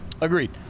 Agreed